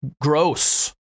gross